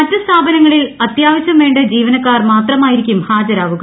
മറ്റ് സ്ഥാപനങ്ങളിൽ അത്യാവശ്യം വേണ്ട ജീവനക്കാർ ്മാത്രമായിരിക്കും ഹാജരാവുക